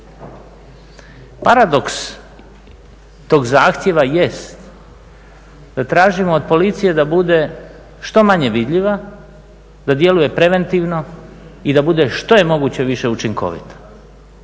Paradoks tog zahtjeva jest da tražimo od policije da bude što manje vidljiva, da djeluje preventivno i da bude što je moguće više učinkovita.